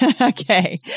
Okay